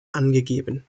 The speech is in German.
angegeben